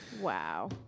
Wow